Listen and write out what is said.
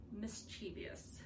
mischievous